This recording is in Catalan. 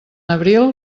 abril